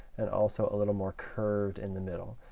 and also a little more curved in the middle.